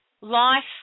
life